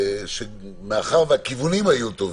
שמאחר שהכיוונים היו טובים,